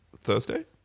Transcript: Thursday